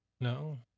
No